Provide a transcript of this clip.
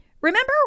Remember